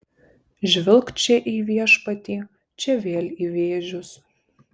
žvilgt čia į viešpatį čia vėl į vėžius